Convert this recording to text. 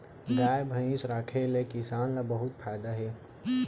गाय भईंस राखे ले किसान ल बहुत फायदा हे